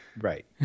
Right